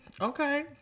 Okay